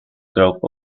growth